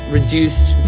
Reduced